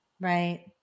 Right